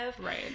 Right